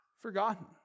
forgotten